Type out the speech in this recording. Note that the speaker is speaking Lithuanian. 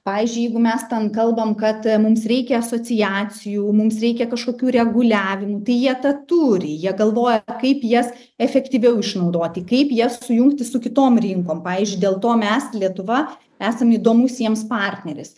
pavyzdžiui jeigu mes ten kalbam kad mums reikia asociacijų mums reikia kažkokių reguliavimų tai jie tą turi jie galvoja kaip jas efektyviau išnaudoti kaip jas sujungti su kitom rinkom pavyzdžiui dėl to mes lietuva esam įdomus jiems partneris